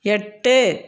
எட்டு